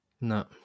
No